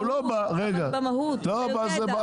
אבל במהות אתה יודע.